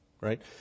Right